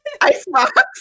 Icebox